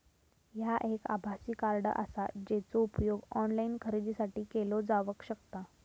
ह्या एक आभासी कार्ड आसा, जेचो उपयोग ऑनलाईन खरेदीसाठी केलो जावक शकता